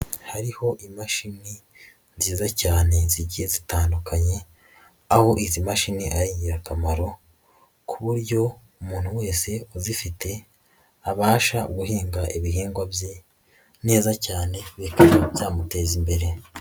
Hariho imashini nziza cyane zigiye zitandukanye, aho izi mashini ari ingirakamaro ku buryo umuntu wese uzifite abasha guhinga ibihingwa bye neza cyane bikaba byamuteza imbere.